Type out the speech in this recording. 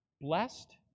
Blessed